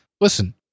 listen